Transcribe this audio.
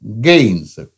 gains